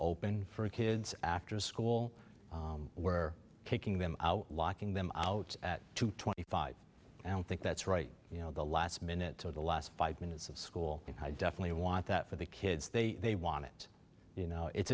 open for kids after school we're kicking them out locking them out at two twenty five and i don't think that's right you know the last minutes of the last five minutes of school and i definitely want that for the kids they want it you know it's